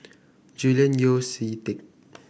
Julian Yeo See Teck